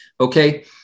Okay